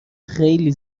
خیلی